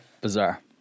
bizarre